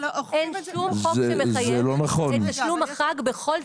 אין שום חוק שמחייב את תשלום לחג בכל תנאי.